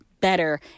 better